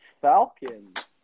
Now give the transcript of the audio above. Falcons